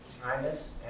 kindness